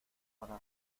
para